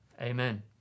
amen